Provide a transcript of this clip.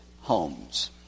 homes